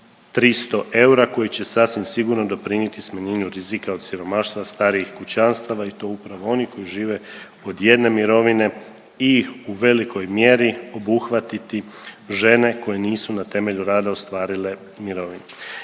300 eura koji će sasvim sigurno doprinijeti smanjenju rizika od siromaštva starijih kućanstava i to upravo onih koji žive od jedne mirovine i u velikoj mjeri obuhvatiti žene koje nisu na temelju rada ostvarile mirovinu.